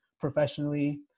professionally